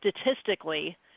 statistically